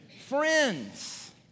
friends